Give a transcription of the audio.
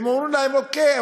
אומרים להם: אוקיי,